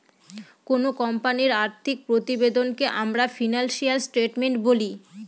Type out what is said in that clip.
কোনো কোম্পানির আর্থিক প্রতিবেদনকে আমরা ফিনান্সিয়াল স্টেটমেন্ট বলি